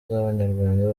z’abanyarwanda